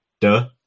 Duh